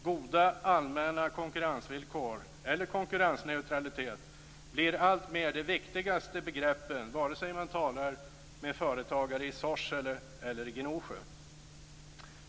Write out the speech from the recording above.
Goda allmänna konkurrensvillkor eller konkurrensneutralitet blir alltmer de viktigaste begreppen vare sig man talar med företagare i Sorsele eller i Gnosjö.